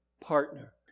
partner